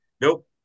Nope